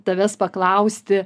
tavęs paklausti